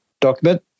document